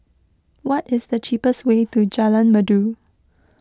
what is the cheapest way to Jalan Merdu